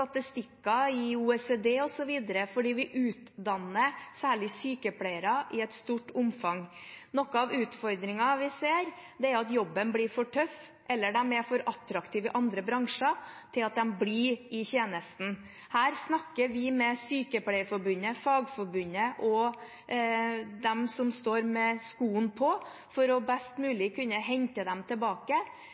statistikker i OECD osv. fordi vi utdanner særlig sykepleiere i et stort omfang. Noe av utfordringen vi ser, er at jobben blir for tøff, eller at de er for attraktive i andre bransjer til at de blir i tjenesten. Her snakker vi med Sykepleierforbundet, Fagforbundet og de som står med skoene på, for best mulig å kunne hente dem tilbake.